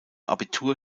abitur